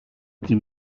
die